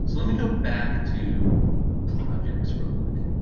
so let me go back to projects real quick.